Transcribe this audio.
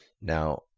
Now